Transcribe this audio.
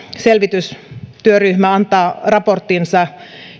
selvitystyöryhmä antaa raporttinsa